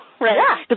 Right